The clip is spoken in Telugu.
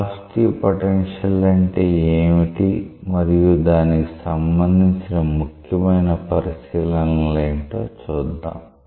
వెలాసిటీ పొటెన్షియల్ అంటే ఏమిటి మరియు దానికి సంబందించిన ముఖ్యమైన పరిశీలనలు ఏంటో చూద్దాం